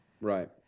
right